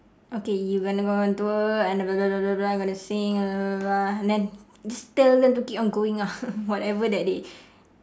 okay you gonna go on tour and then and gonna sing then and then just tell them to keep on going ah whatever that they